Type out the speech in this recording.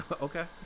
Okay